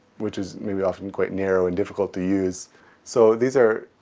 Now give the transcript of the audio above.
which is maybe often quite narrow and difficult to use so these are,